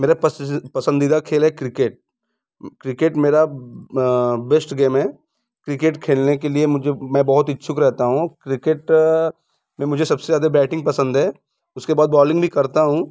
मेरे पसंदीदा खेल है क्रिकेट क्रिकेट मेरा बेस्ट गेम है क्रिकेट खेलने के लिए मुझे मैं बहुत इच्छुक रहता हूँ क्रिकेट में मुझे सबसे ज़्यादा बैटिंग पसंद है उसके बाद बॉलिंग भी करता हूँ